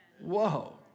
Whoa